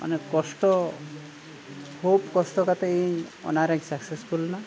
ᱚᱱᱮ ᱠᱚᱥᱴᱚ ᱠᱷᱩᱵ ᱠᱚᱥᱴᱚ ᱠᱟᱛᱮ ᱤᱧ ᱚᱱᱟᱨᱮᱧ ᱥᱟᱠᱥᱮᱥᱯᱷᱩᱞ ᱮᱱᱟ